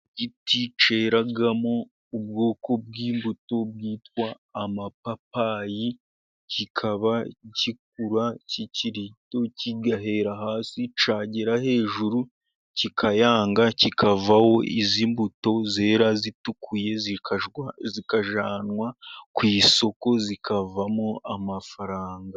Igiti cyeramo ubwoko bw'imbuto bwitwa amapapayi, kikaba gikura kikiri gito, kigahera hasi cyagera hejuru kikayanga kikavaho izi mbuto zera zitukuye, zikajyanwa ku isoko zikavanywamo amafaranga.